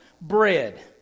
bread